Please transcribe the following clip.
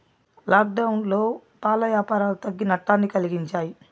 లాక్డౌన్లో పాల యాపారాలు తగ్గి నట్టాన్ని కలిగించాయి